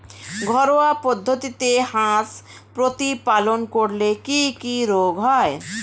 ঘরোয়া পদ্ধতিতে হাঁস প্রতিপালন করলে কি কি রোগ হয়?